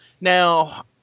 Now